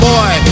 Boy